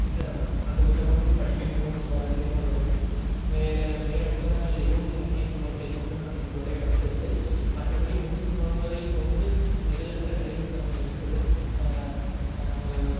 மத்த அந்த புத்தகம் படிக்க மிகவும் சுவாரசியமாக இருக்கும் வேறு வேறு புத்தகங்கள் எதுவும் உண்மை சம்பவத்தை கொண்டு நான் இதுவரை படித்ததில்லை மற்றபடி உண்மை சம்பவங்களை கொண்டு எழுதப்பட்ட நிறைய புத்தகங்கள் இருக்குது நமது